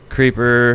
Creeper